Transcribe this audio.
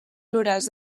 florals